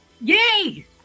Yay